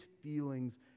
feelings